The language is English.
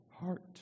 heart